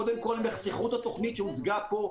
שקודם כול הם יחסכו את התכנית שהוצגה פה,